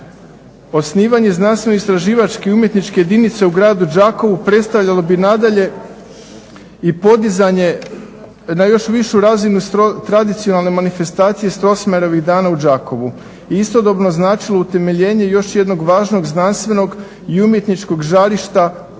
Osnivanje znanstveno-istraživačke i umjetničke jedinice u gradu Đakovu predstavljalo bi nadalje i podizanje na još višu razinu tradicionalne manifestacije Strossmayerovih dana u Đakovu i istodobno značilo utemeljenje još jednog važnog znanstvenog i umjetničkog žarišta